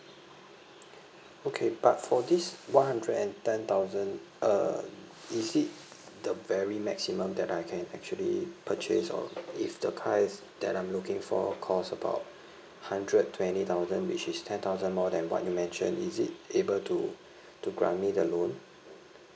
okay but for this one hundred and ten thousand uh is it the very maximum that I can actually purchase or if the car is that I'm looking for cost about hundred twenty thousand which is ten thousand more than what you mentioned is it able to to grant me the loan